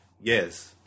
yes